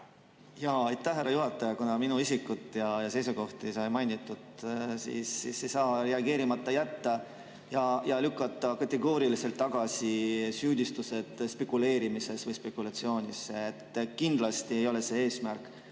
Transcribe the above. Jaa, aitäh, härra juhataja! Kuna minu isikut ja seisukohti mainiti, siis ma ei saa reageerimata jätta, et lükata kategooriliselt tagasi süüdistused spekuleerimises või spekulatsioonis – kindlasti ei ole see eesmärk.